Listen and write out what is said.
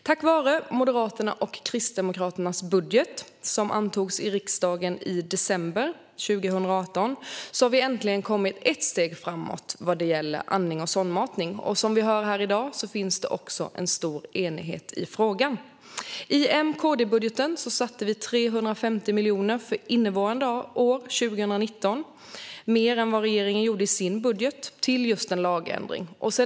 Tack vare Moderaternas och Kristdemokraternas budget som antogs av riksdagen i december 2018 har vi äntligen kommit ett steg framåt vad gäller andning och sondmatning. Som vi hör här i dag finns det också en stor enighet i frågan. I M-KD-budgeten avsattes för innevarande år, 2019, 350 miljoner mer än vad regeringen gjorde i sin budget till just en lagändring.